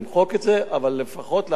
אבל לפחות להנצחת הזירה,